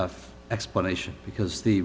at explanation because the